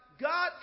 God